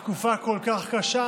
בתקופה כל כך קשה